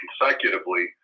consecutively